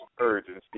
urgency